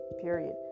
period